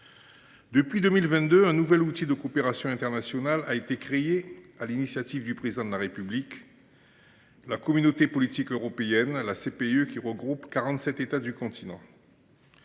Depuis 2022, un nouvel outil de coopération internationale a été créé sur l’initiative du Président de la République : la Communauté politique européenne, la CPE, qui regroupe quarante-sept États du continent.